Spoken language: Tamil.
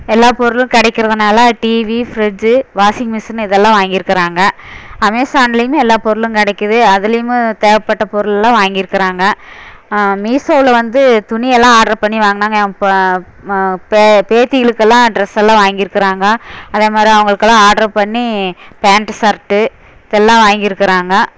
எல்லா பொருளும் கிடைக்கிறதுனால டீவி ஃப்ரிட்ஜு வாஷிங் மிஷின் இதெல்லாம் வாங்கியிருக்குறாங்க அமேஸான்லேயுமே எல்லா பொருளும் கிடைக்கிது அதுலேயுமே தேவைப்பட்ட பொருள்லாம் வாங்கியிருக்குறாங்க மீஷோவில் வந்து துணியெல்லாம் ஆர்டர் பண்ணி வாங்கினாங்க என் பேத்திகளுக்கெல்லாம் டிரெஸ் எல்லாம் வாங்கியிருக்குறாங்க அதேமாதிரி அவங்களுக்கெல்லாம் ஆர்டர் பண்ணி பேண்ட்டு ஷர்ட்டு இதெல்லாம் வாங்கியிருக்குறாங்க